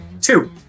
Two